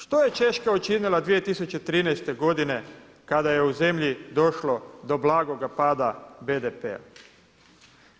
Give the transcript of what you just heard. Što je Češka učinila 2013. godine kada je u zemlji došlo do blagoga pada BDP-a.